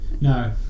No